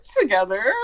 together